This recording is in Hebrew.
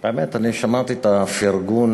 האמת, אני שמעתי את הפרגון